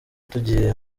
tugiye